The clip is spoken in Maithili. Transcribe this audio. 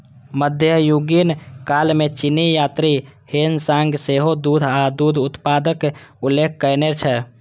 मध्ययुगीन काल मे चीनी यात्री ह्वेन सांग सेहो दूध आ दूध उत्पादक उल्लेख कयने छै